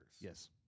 Yes